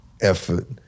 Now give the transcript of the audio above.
effort